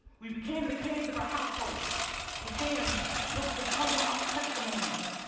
we became the canes of our household with hands built to pummel out testimonies.